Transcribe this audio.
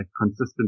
consistent